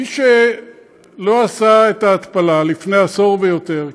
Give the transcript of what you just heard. מי שלא עשה את ההתפלה לפני עשור ויותר,